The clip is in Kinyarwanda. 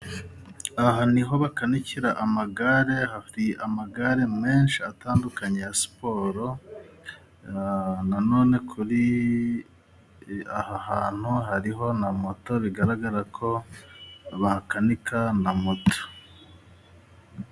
Aha niho bakanikira amagare. Hari amagare menshi atandukanye ya siporo, nanone kuri aha hantu hariho na moto bigaragara ko bakanika na moto.